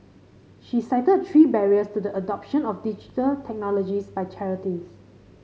she cited three barriers to the adoption of Digital Technologies by charities